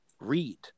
read